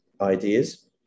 ideas